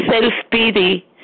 Self-pity